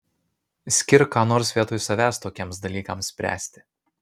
skirk ką nors vietoj savęs tokiems dalykams spręsti